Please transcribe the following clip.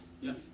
Yes